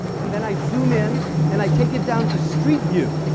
and then i zoom in and i take it down to street view.